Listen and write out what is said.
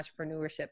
entrepreneurship